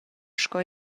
sco